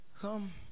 Come